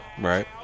Right